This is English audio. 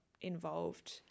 involved